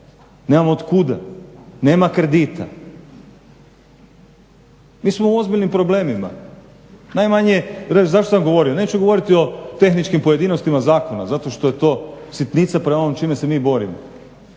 nemam od kuda, nema kredita. Mi smo u ozbiljnim problemima, zašto sam govorio? Neću govoriti o tehničkim pojedinostima zakona zato što je to sitnica prema ovom s čime se mi borimo.